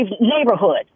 neighborhood